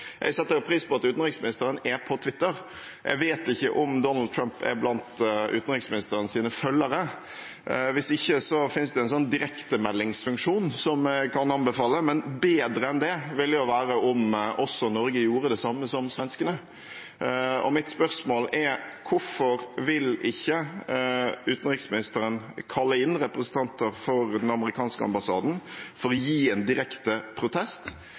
Jeg setter pris på at utenriksministeren er på Twitter. Jeg vet ikke om Donald Trump er blant utenriksministerens følgere. Hvis ikke finnes det en direktemeldingsfunksjon som jeg kan anbefale, men bedre enn det ville det jo være om også Norge gjorde det samme som svenskene. Og mitt spørsmål er: Hvorfor vil ikke utenriksministeren kalle inn representanter for den amerikanske ambassaden for å gi en direkte protest?